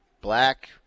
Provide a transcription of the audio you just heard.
black